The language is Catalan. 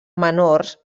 menors